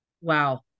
Wow